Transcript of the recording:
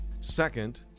Second